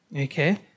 Okay